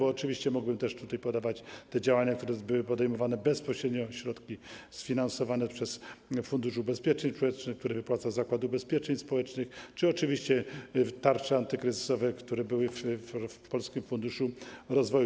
Oczywiście mógłbym też podawać te działania, które były podejmowane bezpośrednio ze środków sfinansowanych przez Fundusz Ubezpieczeń Społecznych, które wypłaca Zakład Ubezpieczeń Społecznych, czy oczywiście tarczy antykryzysowych, które były w Polskim Funduszu Rozwoju.